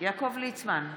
יעקב ליצמן,